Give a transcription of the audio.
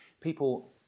people